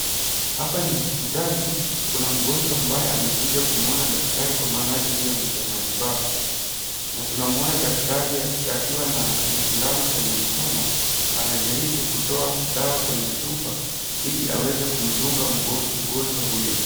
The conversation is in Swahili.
Hapa ni hospitali. Kuna mgonjwa ambaye amekuja kumwona daktari kwa minajili ya matibabu, na tunamwona daktari aki akiwa na sindano kwenye mkono. Anajaribu kutoa dawa kwenye chupa ili aweze kumdunga mgonjwa huyo.